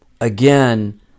again